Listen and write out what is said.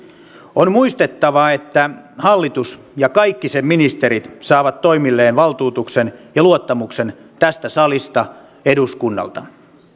on muistettava että hallitus ja kaikki sen ministerit saavat toimilleen valtuutuksen ja luottamuksen tästä salista eduskunnalta